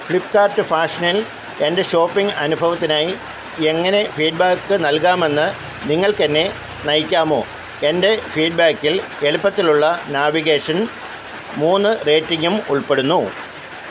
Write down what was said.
ഫ്ലിപ്പ്കാർട്ട് ഫാഷനിൽ എൻ്റെ ഷോപ്പിംഗ് അനുഭവത്തിനായി എങ്ങനെ ഫീഡ്ബാക്ക് നൽകാമെന്ന് നിങ്ങൾക്ക് എന്നെ നയിക്കാമോ എൻ്റെ ഫീഡ്ബാക്കിൽ എളുപ്പത്തിലുള്ള നാവിഗേഷൻ മൂന്ന് റേറ്റിംഗും ഉൾപ്പെടുന്നു